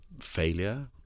failure